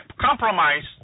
compromise